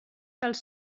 dels